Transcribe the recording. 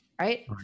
Right